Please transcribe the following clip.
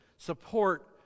Support